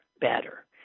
better